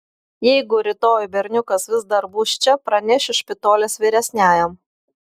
jeigu rytoj berniukas vis dar bus čia pranešiu špitolės vyresniajam